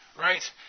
right